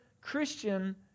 Christian